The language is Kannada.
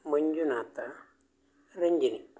ಮಂಜುನಾಥ ರಂಜಿನಿ